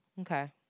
okay